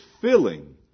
filling